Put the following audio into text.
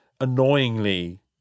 annoyingly